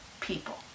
people